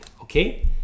okay